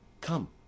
come